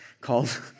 called